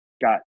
got